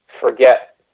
forget